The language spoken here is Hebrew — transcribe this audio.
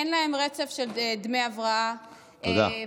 אין להם רצף של דמי הבראה, תודה.